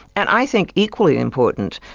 and i think equally important,